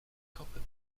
kopyt